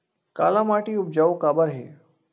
काला माटी उपजाऊ काबर हे?